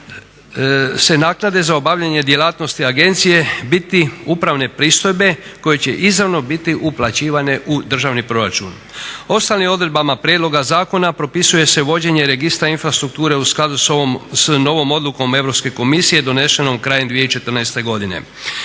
se naknade za obavljanje djelatnosti agencije biti upravne pristojbe koje će izravno biti uplaćivane u državni proračun. Ostalim odredbama prijedloga zakona propisuje se vođenje registra infrastrukture u skladu s novom Odlukom Europske komisije donešenom krajem 2014. godine.